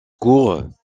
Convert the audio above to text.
court